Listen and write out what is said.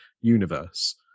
universe